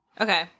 okay